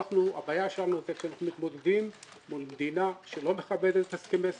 הבעיה שלנו זה שאנחנו מתמודדים מול מדינה שלא מכבדת הסכמי סחר,